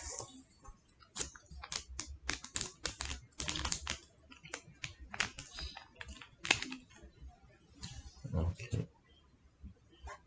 okay